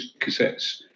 cassettes